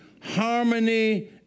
harmony